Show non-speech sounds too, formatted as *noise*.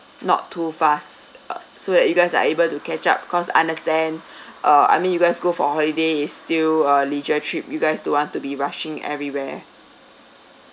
not too fast ugh so that you guys are able to catch up cause understand *breath* uh I mean you guys go for a holiday it's still a leisure trip you guys don't want to be rushing everywhere